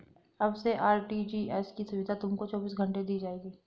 अब से आर.टी.जी.एस की सुविधा तुमको चौबीस घंटे दी जाएगी